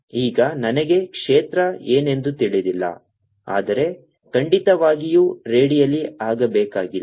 ಈಗ ನನಗೆ ಕ್ಷೇತ್ರ ಏನೆಂದು ತಿಳಿದಿಲ್ಲ ಆದರೆ ಖಂಡಿತವಾಗಿಯೂ ರೇಡಿಯಲ್ ಆಗಬೇಕಾಗಿಲ್ಲ